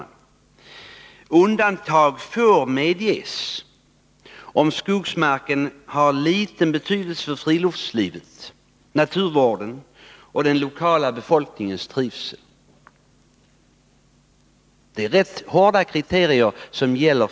Det står vidare att undantag får medges om ”skogsmarken har liten betydelse för friluftslivet, naturvården och den lokala befolkningens trivsel”. Det är rätt hårda kriterier som gäller.